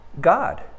God